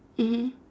mmhmm